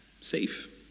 safe